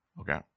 Okay